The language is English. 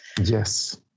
Yes